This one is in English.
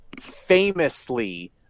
famously